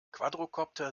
quadrokopter